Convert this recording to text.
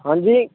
ਹਾਂਜੀ